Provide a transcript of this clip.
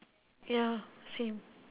ya same